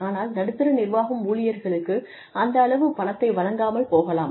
ஆனால் நடுத்தர நிர்வாகம் ஊழியர்களுக்கு அந்த அளவு பணத்தை வழங்காமல் போகலாம்